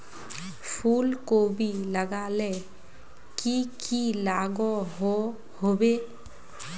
फूलकोबी लगाले की की लागोहो होबे?